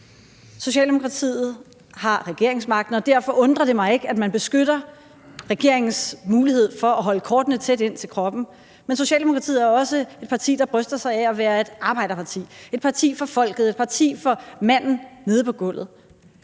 Socialdemokratiet har regeringsmagten, og derfor undrer det mig ikke, at man beskytter regeringens mulighed for at holde kortene tæt ind til kroppen, men Socialdemokratiet er også et parti, der bryster sig af at være et arbejderparti, et parti for folket, et parti for manden på gulvet.